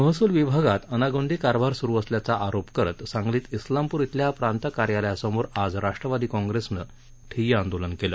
महसूल विभागात अनागोंदी कारभार सूरु असल्याचा आरोप करत सांगलीत इस्लामपूर इथल्या प्रांत कार्यालयासमोर आज राष्ट्रवादी काँग्रेसनं ठिय्या आंदोलन केलं